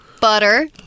butter